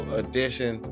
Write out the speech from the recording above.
edition